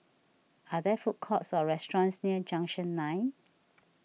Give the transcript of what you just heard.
are there food courts or restaurants near Junction nine